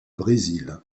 brésil